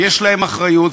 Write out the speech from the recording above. יש להם אחריות,